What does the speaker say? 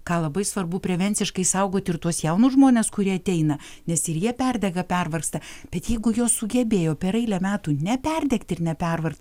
ką labai svarbu prevenciškai saugot ir tuos jaunus žmones kurie ateina nes ir jie perdega pervargsta bet jeigu jos sugebėjo per eilę metų neperdegt ir nepervargt